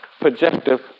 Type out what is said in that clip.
projective